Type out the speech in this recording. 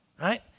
right